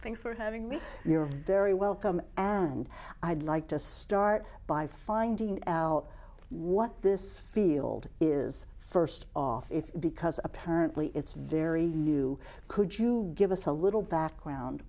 thanks for having me you're very welcome and i'd like to start by finding out what this field is first off if because apparently it's very new could you give us a little background